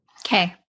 Okay